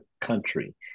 country